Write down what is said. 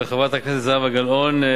של חברת הכנסת זהבה גלאון,